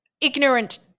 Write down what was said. ignorant